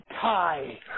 tie